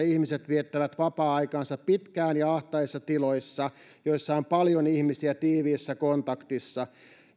ihmiset viettävät vapaa aikaansa pitkään ja ahtaissa tiloissa joissa on paljon ihmisiä tiiviissä kontaktissa